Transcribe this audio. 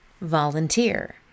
Volunteer